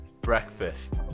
breakfast